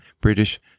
British